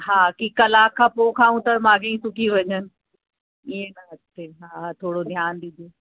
हा कि कलाक खां पोइ खाऊं त माॻेई सुकी वञनि इअं न थिए हा थोरो ध्यानु ॾिजो